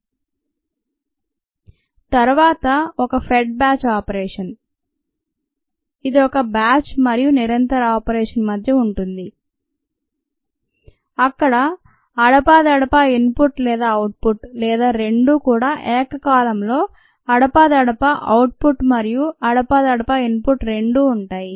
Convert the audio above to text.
slide సమయం refer చేయండి 0515 తరువాత ఒక ఫెడ్ బ్యాచ్ ఆపరేషన్ ఇది ఒక బ్యాచ్ మరియు నిరంతర ఆపరేషన్ మధ్య ఉంటుంది ఇక్కడ అడపాదడపా ఇన్ పుట్ లేదా అవుట్ పుట్ లేదా రెండూ కూడా ఏకకాలంలో అడపాదడపా అవుట్ పుట్ మరియు అడపాదడపా ఇన్ పుట్ రెండూ ఉంటాయి